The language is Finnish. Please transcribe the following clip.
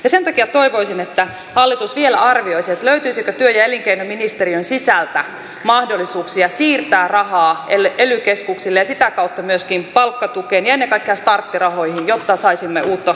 sen takia toivoisin että hallitus vielä arvioisi löytyisikö työ ja elinkei noministeriön sisältä mahdollisuuksia siirtää rahaa ely keskuksille ja sitä kautta myöskin palkkatukeen ja ennen kaikkea starttirahoihin jotta saisimme uutta yritystoimintaa käyntiin